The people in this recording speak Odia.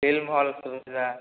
ଫିଲ୍ମ ହଲ୍ ସୁବିଧା